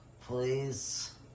Please